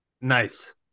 Nice